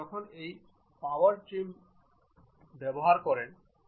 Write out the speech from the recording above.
আপনি এই চলমান দেখতে পারেন